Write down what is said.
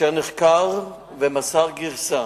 אשר נחקר ומסר גרסה.